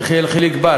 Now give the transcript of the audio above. יחיאל חיליק בר,